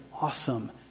awesome